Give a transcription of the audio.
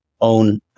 own